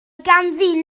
ganddi